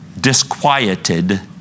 disquieted